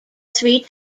three